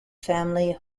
family